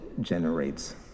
generates